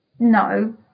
No